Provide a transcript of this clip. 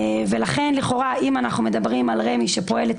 ולכן לכאורה אם אנחנו מדברים על רמ"י שפועלת